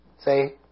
Say